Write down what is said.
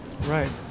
Right